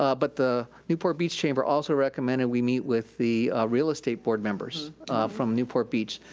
ah but the newport beach chamber also recommended we meet with the real estate board members from newport beach,